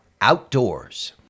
Outdoors